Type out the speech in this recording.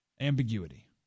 Ambiguity